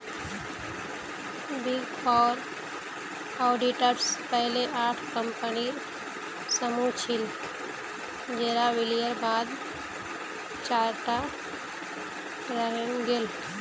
big four auditors पहले आठ कम्पनीर समूह छिल जेरा विलयर बाद चार टा रहेंग गेल